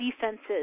defenses